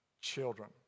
children